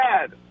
Dad